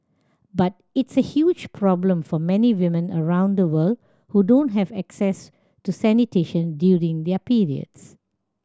but it's a huge problem for many women around the world who don't have access to sanitation during their periods